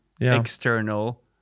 external